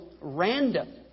random